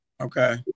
Okay